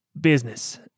business